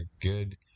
good